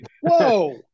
Whoa